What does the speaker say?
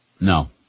No